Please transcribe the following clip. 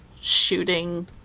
shooting